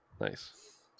Nice